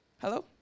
Hello